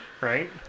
Right